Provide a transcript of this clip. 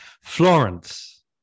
Florence